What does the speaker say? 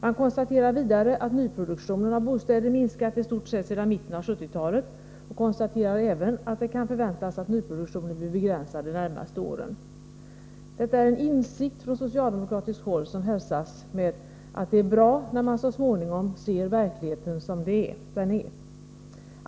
Man konstaterar vidare att nyproduktionen av bostäder minskat i stort sett sedan mitten av 1970-talet och konstaterar även att det kan förväntas att nyproduktionen blir begränsad de närmaste åren. Detta är en insikt från socialdemokratiskt håll som hälsas med att det är bra när man så småningom ser verkligheten som den är.